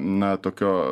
na tokio